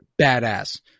Badass